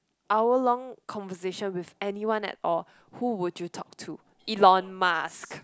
hour long conversation with anyone at all who would you talk to Elon-Musk